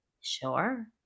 Sure